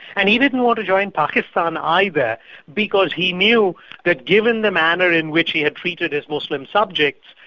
and he didn't want to join pakistan either because he knew that given the manner in which he had treated his muslim subjects,